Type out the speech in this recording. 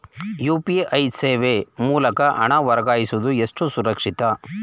UPI ಸೇವೆ ಮೂಲಕ ಹಣ ವರ್ಗಾಯಿಸುವುದು ಎಷ್ಟು ಸುರಕ್ಷಿತ?